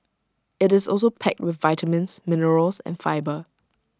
IT is also packed with vitamins minerals and fibre